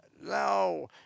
No